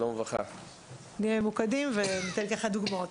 נהיה ממוקדים וניתן דוגמאות.